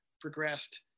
progressed